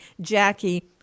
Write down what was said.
jackie